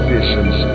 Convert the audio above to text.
Visions